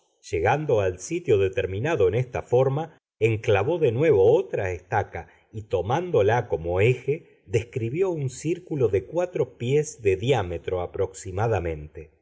llegando al sitio determinado en esta forma enclavó de nuevo otra estaca y tomándola como eje describió un círculo de cuatro pies de diámetro aproximadamente